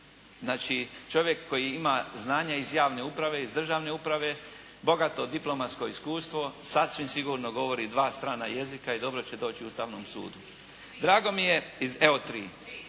znači čovjek koji ima znanja iz javne uprave, iz državne uprave, bogato diplomatsko iskustvo, sasvim sigurno govori dva strana jezika i dobro će doći Ustavnom sudu. …/Upadica se ne